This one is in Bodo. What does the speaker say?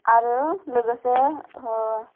आरो लोगोसे